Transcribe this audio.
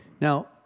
Now